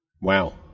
Wow